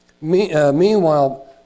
Meanwhile